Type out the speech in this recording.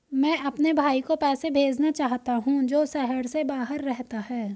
मैं अपने भाई को पैसे भेजना चाहता हूँ जो शहर से बाहर रहता है